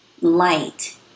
Light